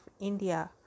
India